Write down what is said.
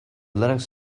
linux